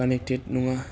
connected नङा